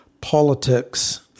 politics